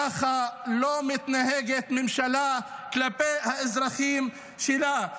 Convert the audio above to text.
ככה לא מתנהגת ממשלה לאזרחים שלה.